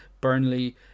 Burnley